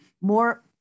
more